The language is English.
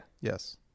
Yes